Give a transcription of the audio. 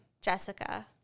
Jessica